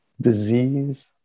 disease